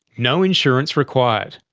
no insurance required.